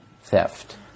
theft